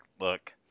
look